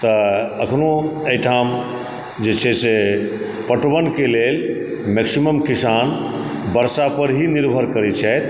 तऽ अखनो एहिठाम जे छै से पटवनके लेल मैक्सिमम किसान वर्षा पर ही निर्भर करए छथि